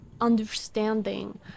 understanding